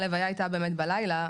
הלוויה הייתה באמת בלילה,